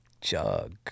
jug